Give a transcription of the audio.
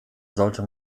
sollte